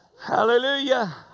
Hallelujah